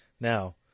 Now